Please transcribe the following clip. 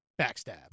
Backstab